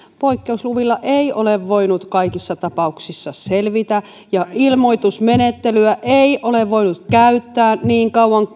poikkeusluvilla ei ole voinut kaikissa tapauksissa selvitä ja ilmoitusmenettelyä ei ole voinut käyttää niin kauan